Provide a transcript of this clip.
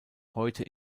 heute